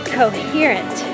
coherent